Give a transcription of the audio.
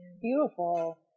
Beautiful